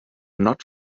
not